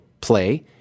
play